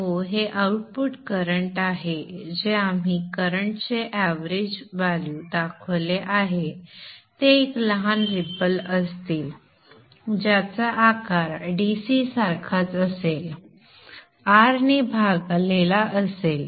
Io हे output current आहे जे आपण करंट चे एव्हरेज मूल्य दाखवले आहे ते एक लहान रिपल असतील ज्याचा आकार DC सारखाच असेल R ने भागलेला असेल